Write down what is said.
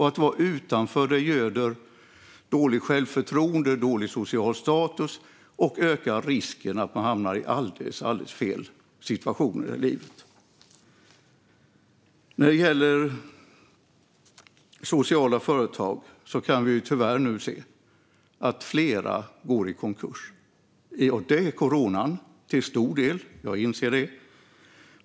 Att vara utanför göder dåligt självförtroende och dålig social status och ökar risken att hamna i alldeles fel situationer i livet. Vi kan tyvärr se att flera sociala företag går i konkurs. Jag inser att det till stor del beror på coronan.